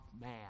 man